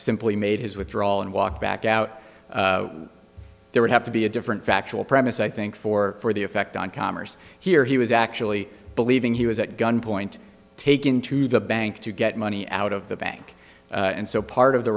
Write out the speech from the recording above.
simp he made his withdraw and walked back out there would have to be a different factual premise i think for for the effect on commerce here he was actually believing he was at gunpoint taking to the bank to get money out of the bank and so part of the